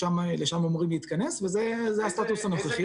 לשם אמורים להתכנס וזה הסטטוס הנוכחי.